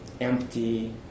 empty